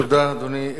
תודה, אדוני.